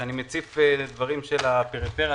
כשאני מציף דברים של הפריפריה,